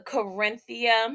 Corinthia